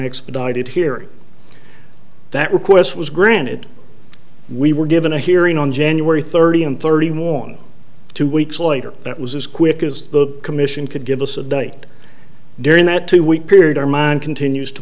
expedited hearing that request was granted we were given a hearing on january thirty and thirty more on two weeks later that was as quick as the commission could give us a date during that two week period our mine continues to